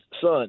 son